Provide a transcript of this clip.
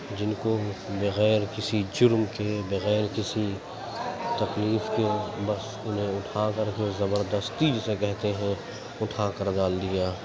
جن کو بغیر کسی جرم کے بغیر کسی تکلیف کے بس انہیں اٹھا کر کے زبردستی جسے کہتے ہیں اٹھا کر ڈال دیا